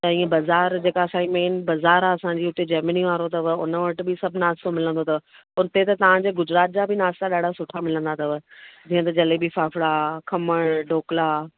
त ईअं बाज़ार जेका असांजी मेन बाज़ार आहे असांजी उते जेमिनी वारो अथव उन वटि बि सभु नाश्तो मिलंदो अथव उते त तव्हांजे गुजरात जी बि नाश्ता ॾाढा सुठा मिलंदा अथव जीअं त जलेबी फाफड़ा खमण ढोकला